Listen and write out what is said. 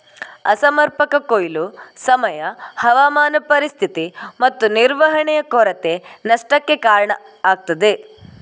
ಅಸಮರ್ಪಕ ಕೊಯ್ಲು, ಸಮಯ, ಹವಾಮಾನ ಪರಿಸ್ಥಿತಿ ಮತ್ತು ನಿರ್ವಹಣೆಯ ಕೊರತೆ ನಷ್ಟಕ್ಕೆ ಕಾರಣ ಆಗ್ತದೆ